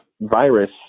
virus